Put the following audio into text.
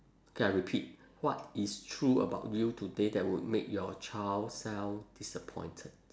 K I repeat what is true about you today that would make your child self disappointed